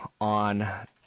on